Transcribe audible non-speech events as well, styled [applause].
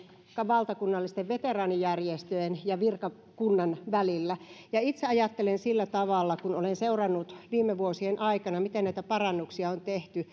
valtakunnallisten veteraanijärjestöjen ja virkakunnan välillä täytti neljäkymmentä vuotta itse ajattelen sillä tavalla olen seurannut viime vuosien aikana miten näitä parannuksia on tehty [unintelligible]